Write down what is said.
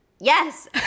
Yes